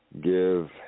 give